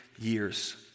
years